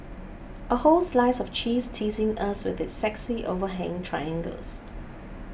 a whole slice of cheese teasing us with its sexy overhanging triangles